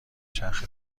چرخ